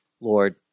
Lord